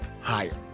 higher